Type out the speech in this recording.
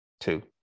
two